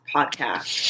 Podcast